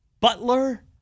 Butler